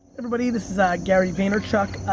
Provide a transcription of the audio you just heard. everybody! this is ah gary vaynerchuk.